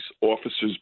officers